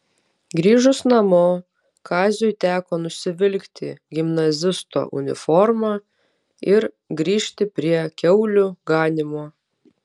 grįžus namo kaziui teko nusivilkti gimnazisto uniformą ir grįžti prie kiaulių ganymo